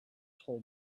toll